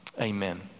Amen